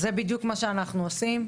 זה בדיוק מה שאנחנו עושים.